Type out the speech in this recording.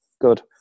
Good